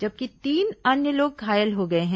जबकि तीन अन्य लोग घायल हो गए हैं